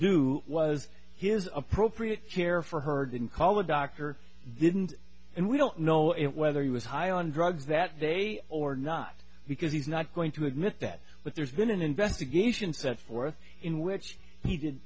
do was his appropriate care for her didn't call a doctor didn't and we don't know it whether he was high on drugs that day or not because he's not going to admit that but there's been an investigation set forth in which he did